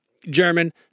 German